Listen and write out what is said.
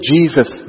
Jesus